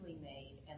made